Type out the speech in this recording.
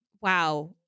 Wow